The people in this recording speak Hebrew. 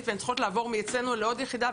והן צריכות לעבור מאצלנו לעוד יחידה,